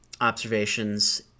observations